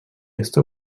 està